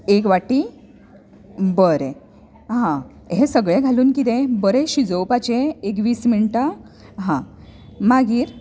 एक वाटी बरें हां हें सगलें घालून कितें बरें शिजोवपाचें एक वीस मिण्टां हां मागीर